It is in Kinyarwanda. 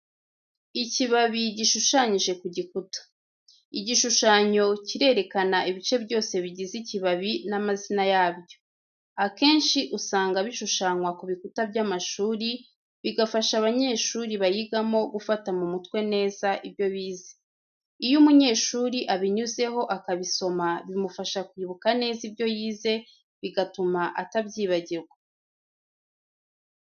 Ikibabi gishushanyije ku gikuta. Igishushanyo cyirerekana ibice byose bigize ikibabi n'amazina yabyo. Akenshi usanga bishushanywa kubikuta by'amashuri, bigafasha abanyeshuri bayigamo gufata mumutwe neza ibyo bize. Iyo umunyeshuri abinyuzeho akabisoma bimufasha kwibuka neza ibyo yize, bigatuma atabyibagirwa.